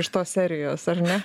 iš tos serijos ar ne